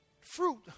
Fruit